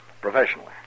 professionally